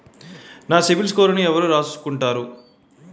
నా సిబిల్ స్కోరును ఎవరు రాసుకుంటారు